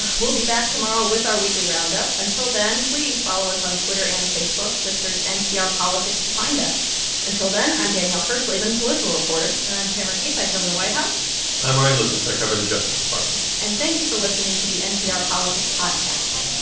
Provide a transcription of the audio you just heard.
we'll be back tomorrow with our weekly roundup. until then, please follow us on twitter and facebook. just search npr politics to find us until then, i'm danielle kurtzleben, political reporter and i'm tamara keith. i cover the white house i'm ryan and lucas. i cover the justice department and thank you for listening to the npr politics podcast